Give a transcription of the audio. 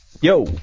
Yo